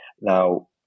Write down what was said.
Now